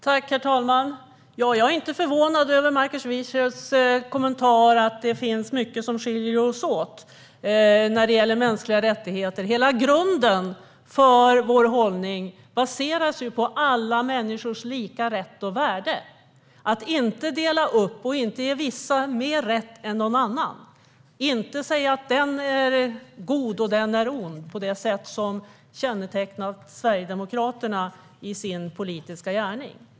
Herr talman! Jag är inte förvånad över Markus Wiechels kommentar att det finns mycket som skiljer oss åt när det gäller mänskliga rättigheter. Hela vår hållning bygger ju på alla människors lika rätt och värde - att inte dela upp, att inte ge vissa mer rätt än någon annan, att inte säga att den är god och den är ond på det sätt som kännetecknar Sverigedemokraterna i deras politiska gärning.